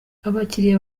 abakiriya